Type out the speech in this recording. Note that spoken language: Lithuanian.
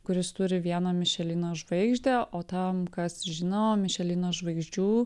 kuris turi vieną mišelino žvaigždę o tam kas žino mišelino žvaigždžių